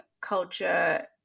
culture